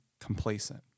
complacent